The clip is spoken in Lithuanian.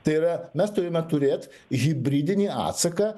tai yra mes turime turėt hibridinį atsaką